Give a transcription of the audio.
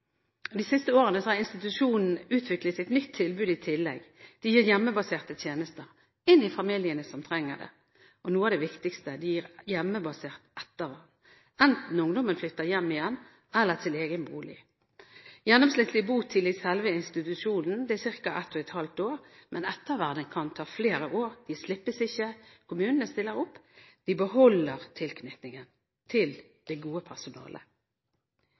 hjemmebaserte tjenester til de familiene som trenger det. Og noe av det viktigste: De gir hjemmebasert ettervern, enten ungdommen flytter hjem igjen eller til egen bolig. Gjennomsnittlig botid i selve institusjonen er ca. 1,5 år, men ettervernet kan ta flere år. De slippes ikke – kommunene stiller opp – de beholder tilknytningen til det gode personalet.